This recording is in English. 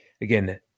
Again